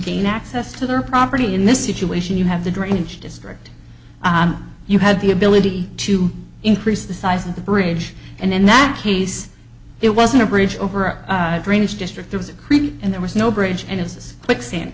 gain access to their property in this situation you have the drainage district you had the ability to increase the size of the bridge and in that case it wasn't a bridge over a drainage district there was a creek and there was no bridge and it says quick sand